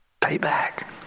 payback